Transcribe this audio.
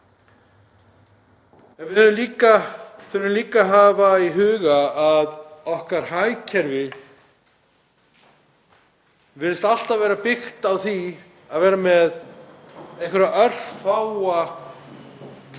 Við þurfum líka að hafa í huga að hagkerfið okkar virðist alltaf vera byggt á því að vera með einhverja örfáa